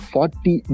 Forty